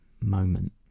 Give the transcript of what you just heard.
moment